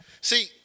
See